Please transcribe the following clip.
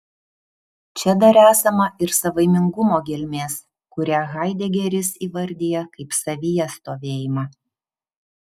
čia dar esama ir savaimingumo gelmės kurią haidegeris įvardija kaip savyje stovėjimą